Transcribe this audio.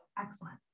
Excellent